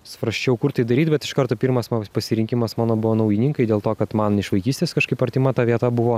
svarsčiau kur tai daryt bet iš karto pirmas ma pasirinkimas mano buvo naujininkai dėl to kad man iš vaikystės kažkaip artima ta vieta buvo